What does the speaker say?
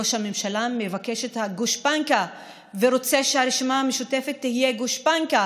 ראש הממשלה מבקש את הגושפנקה ורוצה שהרשימה המשותפת תהיה גושפנקה